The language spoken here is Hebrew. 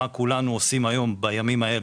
מה כולנו עושים בימים אלה.